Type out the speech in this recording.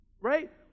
right